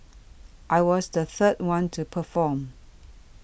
I was the third one to perform